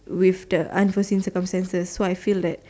with the unforeseen circumstances so I fee like